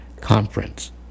conference